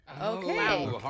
okay